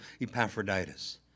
Epaphroditus